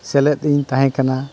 ᱥᱮᱞᱮᱫ ᱤᱧ ᱛᱟᱦᱮᱸᱠᱟᱱᱟ